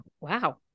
Wow